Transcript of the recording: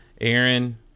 Aaron